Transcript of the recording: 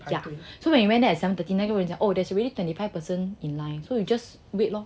yeah so when we went there at seven thirty 那个人讲 oh there is already twenty five person in line so we just wait lor